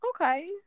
Okay